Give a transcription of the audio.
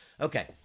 okay